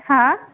हाँ